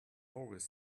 always